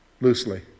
Loosely